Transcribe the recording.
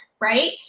right